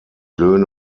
löhne